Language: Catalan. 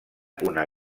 una